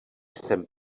jsem